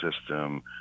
system